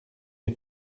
des